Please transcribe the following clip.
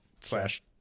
slash